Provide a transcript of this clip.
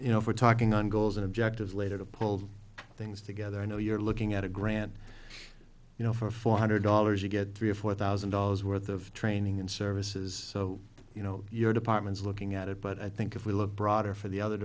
you know if we're talking on goals and objectives later to pull things together i know you're looking at a grant you know for four hundred dollars you get three or four thousand dollars worth of training and services so you know your department is looking at it but i think if we look broader for the other